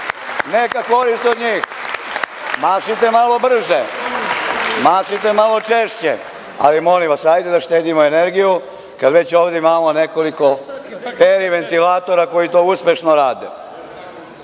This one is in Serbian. neka korist od njih. Mašite malo brže. Mašite malo češće, ali molim vas, hajde da štedimo energiju, kada već ovde imamo nekoliko peri ventilatora, koji to uspešno rade. Dame